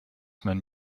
man